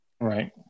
Right